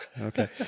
Okay